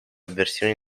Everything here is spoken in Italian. versioni